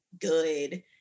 good